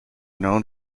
known